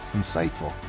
insightful